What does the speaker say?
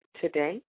today